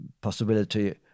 possibility